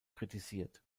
kritisiert